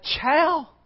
chow